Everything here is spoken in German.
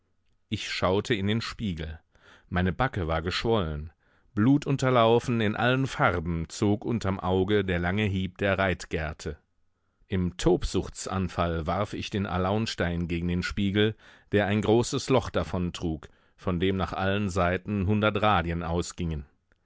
ich schaute in den spiegel meine backe war geschwollen blutunterlaufen in allen farben zog unterm auge der lange hieb der reitgerte im tobsuchtsanfall warf ich den alaunstein gegen den spiegel der ein großes loch davontrug von dem nach allen seiten hundert radien ausgingen